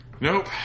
Nope